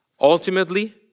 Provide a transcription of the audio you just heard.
Ultimately